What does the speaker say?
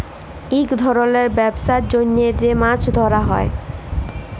ইক ধরলের ব্যবসার জ্যনহ যে মাছ ধ্যরা হ্যয়